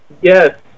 Yes